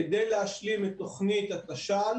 כדי להשלים את תוכנית התש"ל